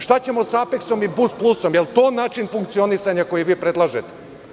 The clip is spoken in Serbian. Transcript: Šta ćemo sa Apeksom i BusPlusom, da li je to način funkcionisanja koji vi predlažete?